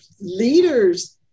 leaders